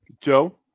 joe